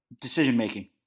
decision-making